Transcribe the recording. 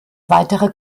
weitere